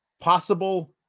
possible